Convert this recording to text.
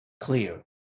clear